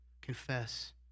confess